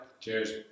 Cheers